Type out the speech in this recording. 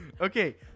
Okay